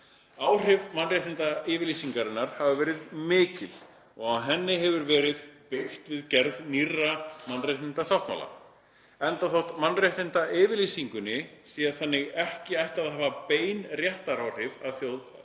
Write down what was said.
Áhrif mannréttindayfirlýsingarinnar hafa verið mikil og á henni hefur verið byggt við gerð nýrra mannréttindasáttmála. Enda þótt mannréttindayfirlýsingunni sé þannig ekki ætlað að hafa bein réttaráhrif að